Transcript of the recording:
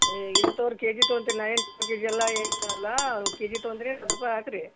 ಏಯ್ ಇಲ್ಲ ತೊಗೋರಿ ಕೆ ಜಿ ತೊಗೊಂತೀನಿ ನಾನು ಏನು ಅಲ್ಲ ಏನೂ ಅಲ್ಲ ಒಂದು ಕೆ ಜಿ ತೊಗೊಳ್ತೀನಿ ರೂಪಾಯಿ ಹಾಕ್ರಿ